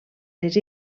les